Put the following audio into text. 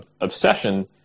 obsession